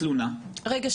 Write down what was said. תלונה --- רגע,